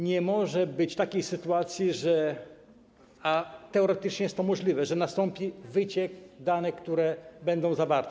Nie może być takiej sytuacji - a teoretycznie jest to możliwe - że nastąpi wyciek danych, które będą zawarte.